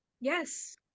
yes